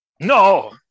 No